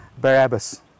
Barabbas